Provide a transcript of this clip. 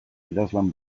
idazlan